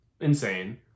insane